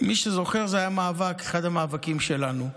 מי שזוכר, זה היה אחד המאבקים שלנו.